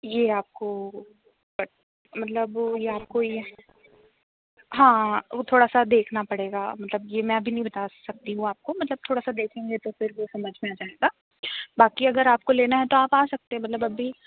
ये आपको मतलब ये आपको ये हाँ वो थोड़ा सा देखना पड़ेगा मतलब ये मैं भी नहीं बता सकती हूँ आपको मतलब थोड़ा सा देखेंगे तो फिर वो समझ में आ जाएगा बाकी आपको लेना है तो आप आ सकते हैं मतलब अभी